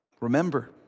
Remember